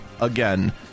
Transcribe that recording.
again